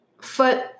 foot